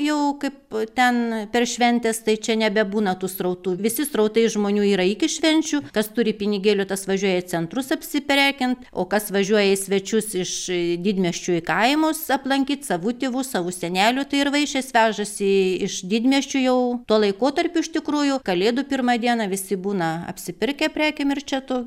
jau kaip ten per šventes tai čia nebebūna tų srautų visi srautai žmonių yra iki švenčių kas turi pinigėlių tas važiuoja į centrus apsiprekint o kas važiuoja į svečius iš didmiesčių į kaimus aplankyt savų tėvų savų senelių tai ir vaišes vežasi iš didmiesčių jau tuo laikotarpiu iš tikrųjų kalėdų pirmą dieną visi būna apsipirkę prekėm ir čia tu